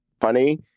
funny